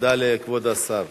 תודה לכבוד השר.